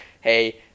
hey